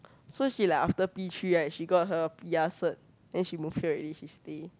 so she like after P-three right she got her p_r cert then she move here already she stay